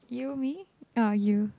you me orh you